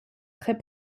très